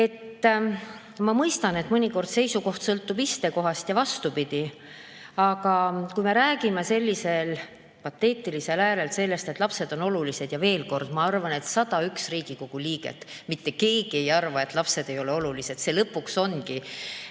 Ma mõistan, et mõnikord seisukoht sõltub istekohast ja vastupidi. Aga kui me räägime sellisel pateetilisel häälel sellest, et lapsed on olulised ... Veel kord: ma arvan, et 101 Riigikogu liikmest mitte keegi ei arva, et lapsed ei ole olulised, see lõpuks ongi